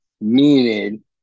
meaning